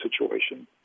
situation